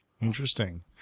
Interesting